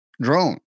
drone